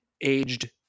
aged